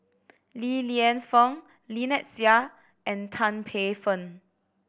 Li Lienfung Lynnette Seah and Tan Paey Fern